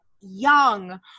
young